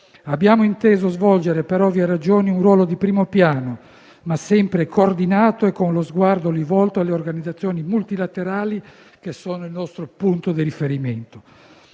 Abbiamo inteso svolgere per ovvie ragioni un ruolo di primo piano, ma sempre coordinato e con lo sguardo rivolto alle organizzazioni multilaterali che sono il nostro punto di riferimento.